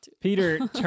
peter